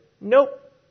nope